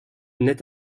naît